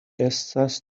estas